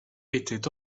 était